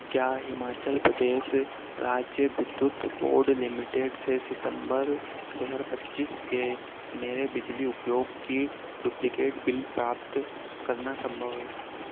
क्या हिमाचल प्रदेश राज्य विद्युत बोर्ड लिमिटेड से सितम्बर दो हज़ार पच्चीस के मेरे बिजली उपयोग का डुप्लिकेट बिल प्राप्त करना सम्भव है